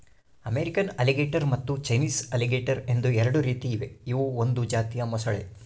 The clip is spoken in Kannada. ಅಮೇರಿಕನ್ ಅಲಿಗೇಟರ್ ಮತ್ತು ಚೈನೀಸ್ ಅಲಿಗೇಟರ್ ಎಂದು ಎರಡು ರೀತಿ ಇವೆ ಇವು ಒಂದು ಜಾತಿಯ ಮೊಸಳೆ